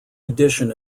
edition